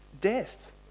death